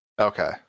Okay